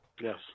Yes